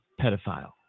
pedophile